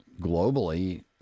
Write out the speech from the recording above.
globally